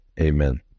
amen